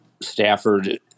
Stafford